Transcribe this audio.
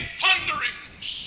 thunderings